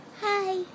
Hi